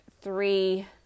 three